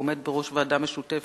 והוא עומד בראש ועדה משותפת